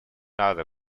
other